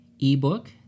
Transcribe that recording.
ebook